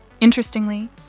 Interestingly